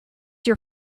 your